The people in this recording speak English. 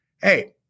Hey